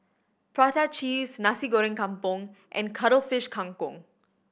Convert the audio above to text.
prata cheese Nasi Goreng Kampung and Cuttlefish Kang Kong